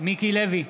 מיקי לוי,